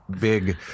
big